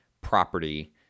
property